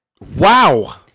Wow